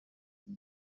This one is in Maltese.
dik